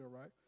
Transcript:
right